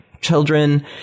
children